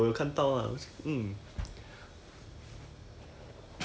right right right right I also figure it is it is it because of that show or not